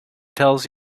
tells